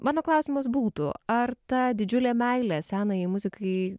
mano klausimas būtų ar ta didžiulė meilė senajai muzikai